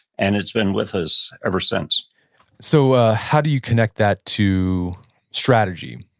and it's been with us ever since so ah how do you connect that to strategy?